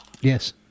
Yes